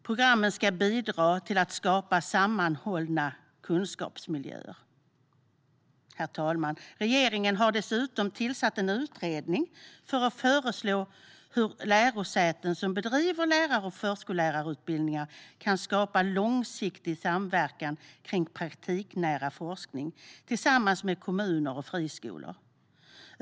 Programmen ska bidra till att skapa sammanhållna kunskapsmiljöer. Herr talman! Regeringen har dessutom tillsatt en utredning för att föreslå hur lärosäten som bedriver lärar och förskollärarutbildningar kan skapa en långsiktig samverkan för praktiknära forskning tillsammans med kommuner och friskolor.